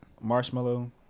marshmallow